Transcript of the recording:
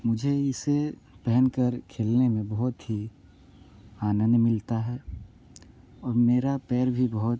मुझे इसे पहनकर खेलने में बहुत ही आनंद मिलता है और मेरा पैर भी बहुत